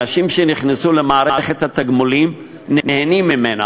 אנשים שנכנסו למערכת התגמולים נהנים ממנה,